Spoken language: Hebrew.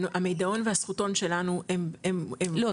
ה"מידעון" ו"הזכותון" שלנו הם -- לא,